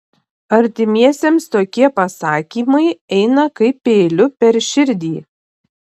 artimiesiems tokie pasakymai eina kaip peiliu per širdį